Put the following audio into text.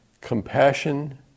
Compassion